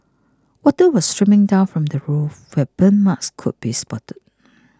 water was streaming down from the roof where burn marks could be spotted